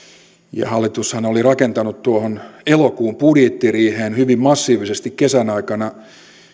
ja hallitushan oli rakentanut elokuun budjettiriiheen hyvin massiivisesti kesän aikana